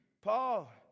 Paul